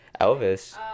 Elvis